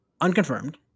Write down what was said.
unconfirmed